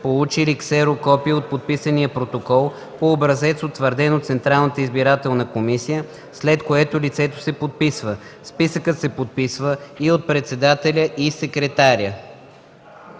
получили ксерокопие от подписания протокол, по образец утвърден от Централната избирателна комисия, след което лицето се подписва. Списъкът се подписва и от председателя и секретаря.”